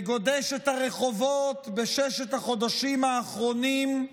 וגודש את הרחובות בששת החודשים האחרונים,